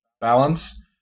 balance